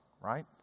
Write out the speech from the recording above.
right